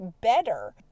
better